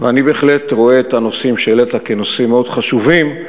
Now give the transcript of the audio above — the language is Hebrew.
ואני בהחלט רואה את הנושאים שהעלית כנושאים מאוד חשובים,